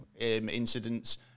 incidents